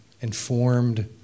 informed